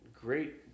Great